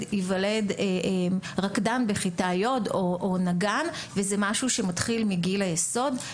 ייוולד רקדן בכיתה י' או נגן וזה משהו שמתחיל מגיל היסוד.